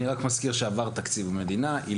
אני רק מזכיר שעבר תקציב המדינה.